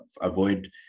avoid